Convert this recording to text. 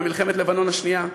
במלחמת לבנון השנייה.